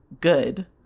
good